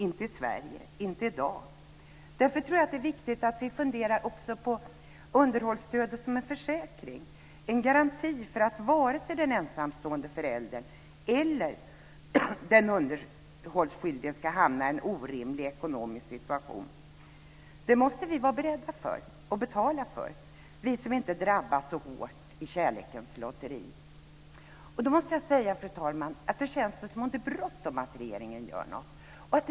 Inte i Sverige och inte i dag. Därför tror jag att det är viktigt att vi också funderar på att se underhållsstödet som en försäkring, som en garanti för att varken den ensamstående föräldern eller den underhållsskyldige ska hamna i en orimlig ekonomisk situation. Det måste vi bara beredda att betala för, vi som inte drabbats så hårt i kärlekens lotteri. Jag måste säga, fru talman, att det känns som att det är bråttom att regeringen gör något.